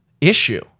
issue